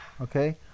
okay